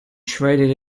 shredded